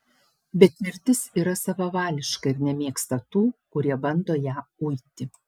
bet mirtis yra savavališka ir nemėgsta tų kurie bando ją uiti